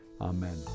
Amen